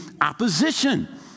opposition